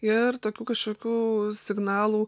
ir tokių kažkokių signalų